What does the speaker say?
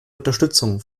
unterstützung